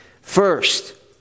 First